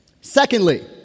secondly